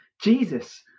Jesus